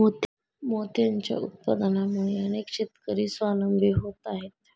मोत्यांच्या उत्पादनामुळे अनेक शेतकरी स्वावलंबी होत आहेत